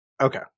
Okay